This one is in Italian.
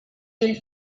del